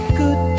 good